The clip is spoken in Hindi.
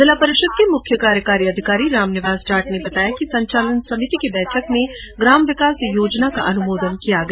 जिला परिषद के मुख्य कार्यकारी अधिकारी रामनिवास जाट ने बताया कि संचालन समिति की बैठक में ग्राम विकास योजना का अनुमोदन किया गया